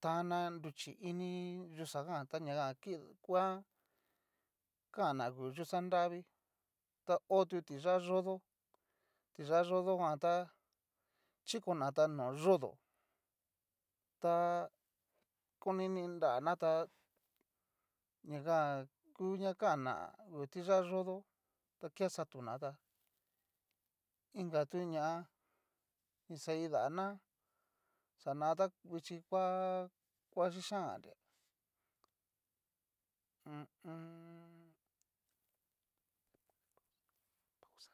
tan'na nruchí ini yuxajan tá najan nguan kan'na ngu yuxa nravii ta ho tu tixá yodó, tiyá yodo jan tá chikonata no yo'do ta konini nranatá, ñajan ngu ña kanna ngu tiyá yo'do ta ke xatunata, inga tu ña ni xa kidana xana ta vichi ngua kixan nganria hu u u